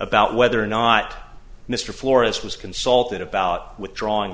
about whether or not mr flores was consulted about withdrawing